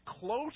close